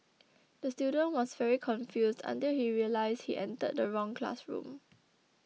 the student was very confused until he realised he entered the wrong classroom